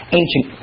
ancient